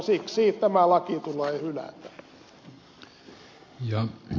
siksi tämä laki tulee hylätä